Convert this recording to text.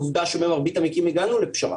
עובדה שבמרבית המקרים הגענו לפשרה.